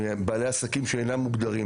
מבעלי עסקים שאינם מוגדרים